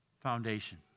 foundation